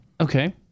Okay